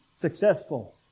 successful